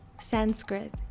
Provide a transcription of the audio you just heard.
Sanskrit